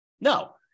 no